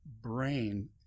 brain